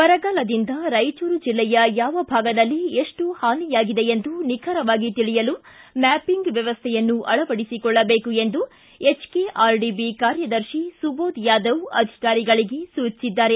ಬರಗಾಲದಿಂದ ರಾಯಚೂರು ಜೆಲ್ಲೆಯ ಯಾವ ಭಾಗದಲ್ಲಿ ಎಷ್ಟು ಹಾನಿಯಾಗಿದೆ ಎಂದು ನಿಖರವಾಗಿ ತಿಳಿಯಲು ಮ್ಯಾಪಿಂಗ್ ವ್ಯವಸ್ಥೆಯನ್ನು ಅಳವಡಿಸಿಕೊಳ್ಳಬೇಕು ಎಂದು ಎಚ್ಕೆಆರ್ಡಿಬಿ ಕಾರ್ಯದರ್ಶಿ ಸುಬೋದ್ ಯಾದವ್ ಅಧಿಕಾರಿಗಳಿಗೆ ಸೂಚಿಸಿದ್ದಾರೆ